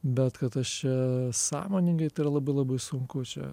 bet kad aš čia sąmoningai tai yra labai labai sunku čia